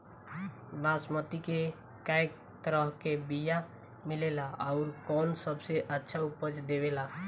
बासमती के कै तरह के बीया मिलेला आउर कौन सबसे अच्छा उपज देवेला?